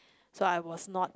so I was not